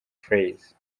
praise